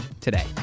today